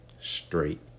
straight